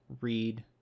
read